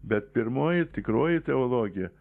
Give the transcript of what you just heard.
bet pirmoji tikroji teologija